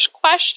question